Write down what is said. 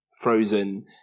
frozen